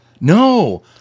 No